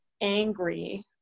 angry